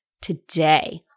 today